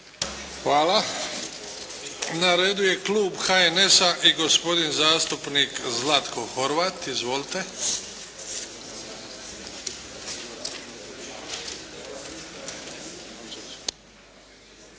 Hvala. Na redu je klub HNS-a i gospodin zastupnik Zlatko Horvat. Izvolite.